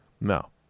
No